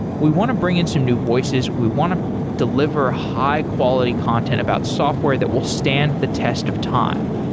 we want to bring in some new voices. we want to deliver high quality content about software that will stand the test of time,